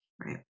Right